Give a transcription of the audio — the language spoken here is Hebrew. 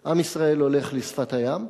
ועם ישראל הולך לשפת הים,